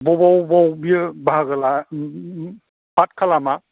बबेयाव बबेयाव बियो बाहागो लानो स्टार्ट खालामा